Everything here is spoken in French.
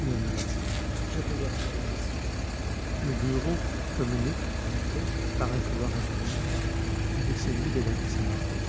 murmura-t-il j'oubliais la seconde issue le bureau communique en effet par un couloir intérieur avec celui de la rue saint-martin